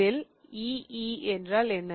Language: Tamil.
இதில் ee என்றால் என்ன